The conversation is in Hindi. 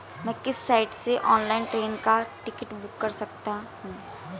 मैं किस साइट से ऑनलाइन ट्रेन का टिकट बुक कर सकता हूँ?